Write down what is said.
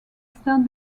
stand